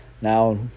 now